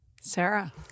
Sarah